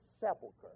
sepulcher